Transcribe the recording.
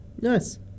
Nice